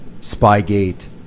Spygate